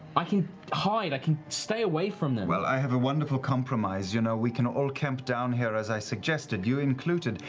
i can hide. i can stay away from them. liam well, i have a wonderful compromise. you know, we can all camp down here as i suggested, you included.